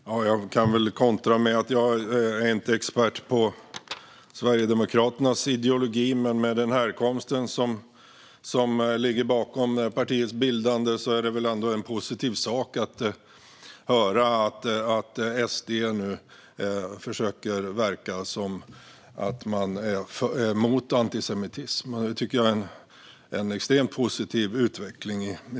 Fru talman! Jag kan väl kontra med att jag inte är expert på Sverigedemokraternas ideologi, men med den härkomst partiet har är det väl ändå en positiv sak att höra att SD nu försöker verka vara emot antisemitism. Det tycker jag är en extremt positiv utveckling.